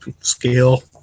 scale